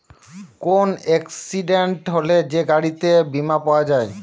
কোন এক্সিডেন্ট হলে যে গাড়িতে বীমা পাওয়া যায়